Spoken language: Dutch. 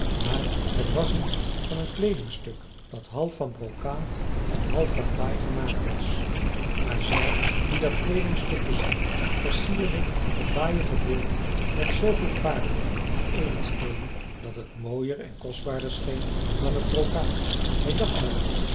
maar het was iets van een kleedingstuk dat half van brokaat en half van baai gemaakt was maar zij die dat kleedingstuk bezat versierde het baaien gedeelte met zooveel paarlen en edelsteenen dat het mooier en kostbaarder scheen dan het brokaat hij dacht daaraan